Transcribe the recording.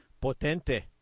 Potente